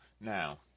Now